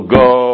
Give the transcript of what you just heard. go